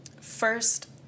First